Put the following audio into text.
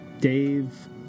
Dave